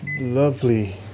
lovely